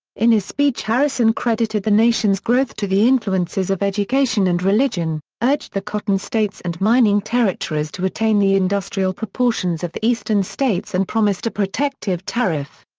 in his speech harrison credited the nation's growth to the influences of education and religion, urged the cotton states and mining territories to attain the industrial proportions of the eastern states and promised a protective tariff.